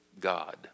God